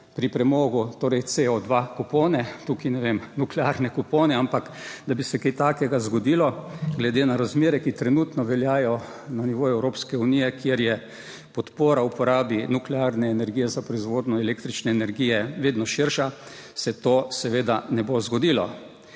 pri premogu, torej CO2 kupone, tukaj ne vem, nuklearne kupone, ampak da bi se kaj takega zgodilo glede na razmere, ki trenutno veljajo na nivoju Evropske unije, kjer je podpora uporabi nuklearne energije za proizvodnjo električne energije vedno širša. Se to seveda ne bo zgodilo,